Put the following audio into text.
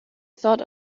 thought